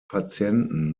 patienten